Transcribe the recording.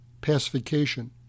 pacification